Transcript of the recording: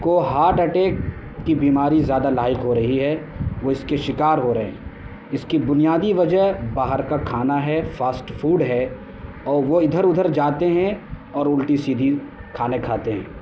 کو heart attack کی بیماری زیادہ لاحق ہو رہی ہے وہ اس کے شکار ہو رہے ہیں اس کی بنیادی وجہ باہر کا کھانا ہے فاسٹ فوڈ ہے اور وہ ادھر ادھر جاتے ہیں اور الٹی سیدھی کھانے کھاتے ہیں